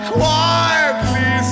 quietly